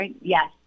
Yes